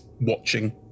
watching